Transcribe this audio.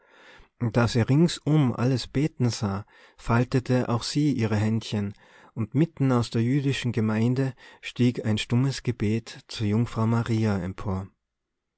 und da sie ringsum alles beten sah faltete auch sie ihre händchen und mitten aus der jüdischen gemeinde stieg ein stummes gebet zur jungfrau maria empor